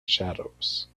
shadows